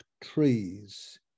trees